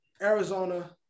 Arizona